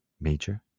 major